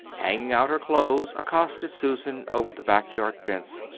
hanging out her clothes, accosted susan over the back-yard fence.